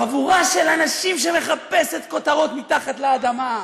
חבורה של אנשים שמחפשים כותרות מתחת לאדמה.